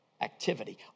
activity